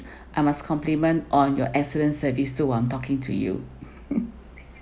I must compliment on your excellent service through my talking to you